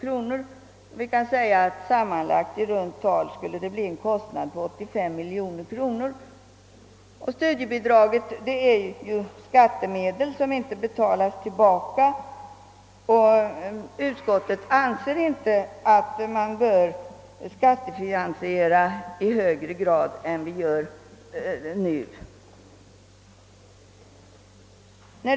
Vi kan säga att kostnaderna sammanlagt skulle öka med i runt tal 85 miljoner kronor. Studiebidraget är ju skattemedel som inte betalas tillbaka, och utskottet anser att man inte bör skattefinansiera i högre grad än vi nu gör.